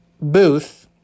booth